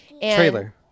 Trailer